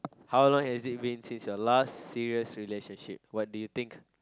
how long has it been since your last serious relationship what do you think